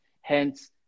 hence